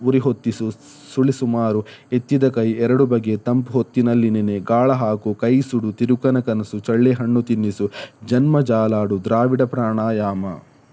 ಉರಿ ಹೊತ್ತಿಸು ಸುಳಿ ಸುಮಾರು ಎತ್ತಿದ ಕೈ ಎರಡು ಬಗೆ ತಂಪು ಹೊತ್ತಿನಲ್ಲಿ ನೆನೆ ಗಾಳ ಹಾಕು ಕೈ ಸುಡು ತಿರುಕನ ಕನಸು ಚಳ್ಳೆ ಹಣ್ಣು ತಿನ್ನಿಸು ಜನ್ಮ ಜಾಲಾಡು ದ್ರಾವಿಡ ಪ್ರಾಣಾಯಾಮ